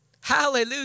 Hallelujah